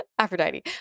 Aphrodite